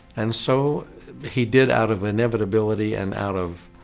and so he did out of inevitability and out of